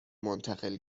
منتقل